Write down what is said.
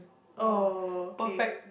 oh okay